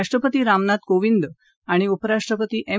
राष्ट्रपती रामनाथ कोंविद आणि उपराष्ट्रपती एम